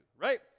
right